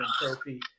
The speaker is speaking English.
Trophy